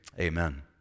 Amen